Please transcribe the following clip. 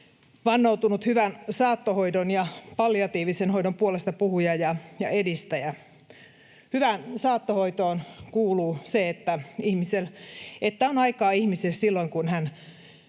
vannoutunut hyvän saattohoidon ja palliatiivisen hoidon puolestapuhuja ja edistäjä. Hyvään saattohoitoon kuuluu se, että on aikaa ihmiselle silloin kun hän